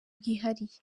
bwihariye